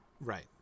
Right